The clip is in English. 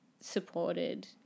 supported